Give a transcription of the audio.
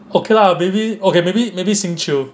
okay lah maybe okay maybe maybe xing qiu